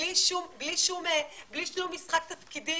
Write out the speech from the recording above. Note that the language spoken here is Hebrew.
בלי שום משחק תפקידים,